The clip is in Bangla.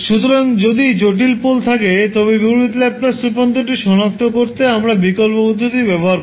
সুতরাং যদি জটিল পোল থাকে তবে বিপরীত ল্যাপ্লাস রূপান্তরটি সনাক্ত করতে আমরা বিকল্প পদ্ধতির ব্যবহার করব